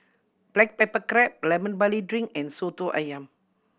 black pepper crab Lemon Barley Drink and Soto Ayam